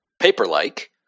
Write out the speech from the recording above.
Paper-like